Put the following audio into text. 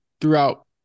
throughout